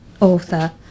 author